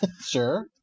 Sure